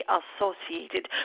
associated